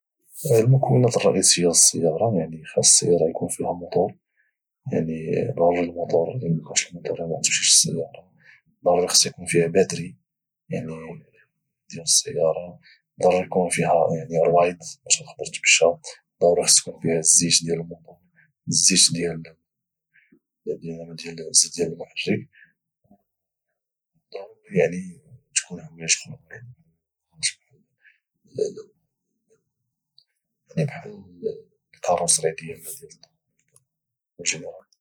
المكونات الرئيسية في السيارة يعني خاص السيارة يكون فيها موطور يعني ضروري موطور إلى مكانش موطور يعني مغاتمشيش السيارة ضروري خاص يكون فيها باتري يعني ديال السيارة ضروري يكونو فيها روايض باش تقدر تمشا ضروري خا تكون فيها الزيت ديال الموطور الزيت ديال المحرك او ضروري يعني تكون حوايج خرا بحال يعني بحال الكاروسري ديال الطوموبيل